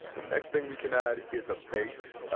the next thing we can add is a bass.